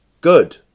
Good